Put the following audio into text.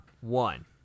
one